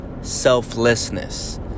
selflessness